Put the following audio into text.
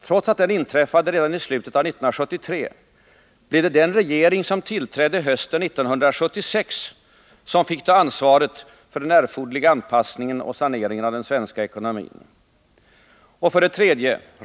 Trots att den inträffade redan i slutet av 1973, blev det den regering som tillträdde hösten 1976 som fick ta ansvaret för den erforderliga anpassningen och saneringen av den svenska ekonomin. 3.